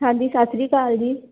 ਹਾਂਜੀ ਸਤਿ ਸ਼੍ਰੀ ਅਕਾਲ ਜੀ